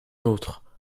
autre